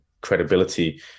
credibility